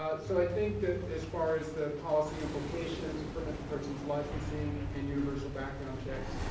ah so i think that as far as the policy implications, permit-to-purchase licensing and universal background checks,